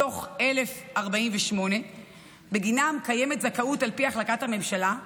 מתוך 1,048 שבגינם קיימת זכאות על פי החלטת הממשלה,